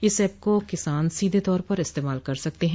इस ऐप को किसान सीधे तौर पर इस्तेमाल कर सकते हैं